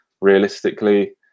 realistically